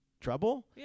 trouble